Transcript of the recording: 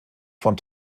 von